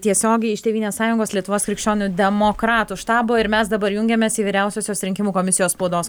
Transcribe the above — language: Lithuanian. tiesiogiai iš tėvynės sąjungos lietuvos krikščionių demokratų štabo ir mes dabar jungiamės į vyriausiosios rinkimų komisijos spaudos